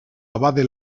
abade